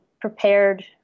prepared